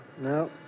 No